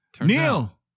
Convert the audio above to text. Neil